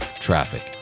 traffic